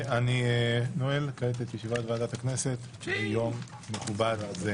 אני נועל כעת את ישיבת ועדת הכנסת ליום מכובד זה.